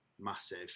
massive